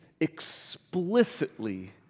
explicitly